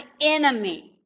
enemy